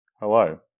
Hello